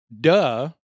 duh